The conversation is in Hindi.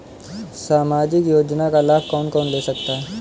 सामाजिक योजना का लाभ कौन कौन ले सकता है?